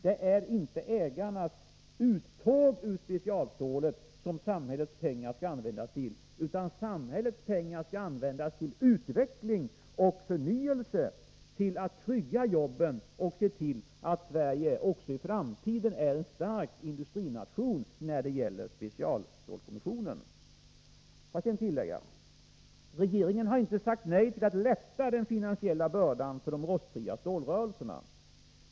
Det är inte ägarnas uttåg ur specialstålet som samhällets pengar skall användas till, utan till utveckling och förnyelse, att trygga jobben och se till att Sverige också i framtiden är en stark industrination när det gäller specialstålsproduktionen. Får jag sedan tillägga att regeringen inte har sagt nej till att lätta den finansiella bördan för de rostfria stålrörelserna.